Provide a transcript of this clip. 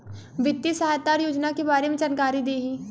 वित्तीय सहायता और योजना के बारे में जानकारी देही?